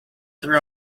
their